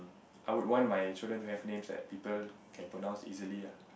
I would want my children to have names that people can pronounce easily lah